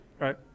Right